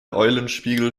eulenspiegel